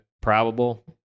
probable